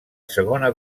segona